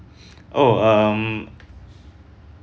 oh um